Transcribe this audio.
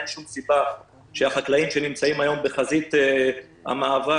אין שום סיבה שהחקלאים שנמצאים היום בחזית המאבק